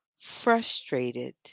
frustrated